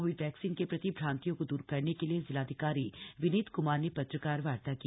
Covid vaccine के प्रति भांतियों को दूर करने के लिए जिलाधिकारी विनीत कुमार ने पत्रकार वार्ता की